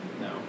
No